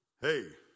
Hey